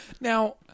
Now